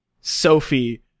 Sophie